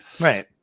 right